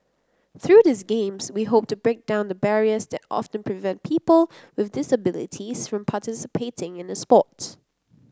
through these Games we hope to break down the barriers that often prevent people with disabilities from participating in the sport